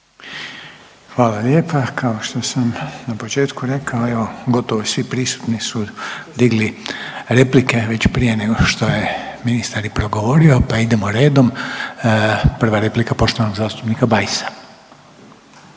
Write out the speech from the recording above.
Hvala lijepa. Kao što sam na početku evo gotovo svi prisutni su digli replike već prije nego što je ministar i progovorio, pa idemo redom. Prva replika poštovanog zastupnika Bajsa.